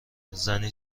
زنی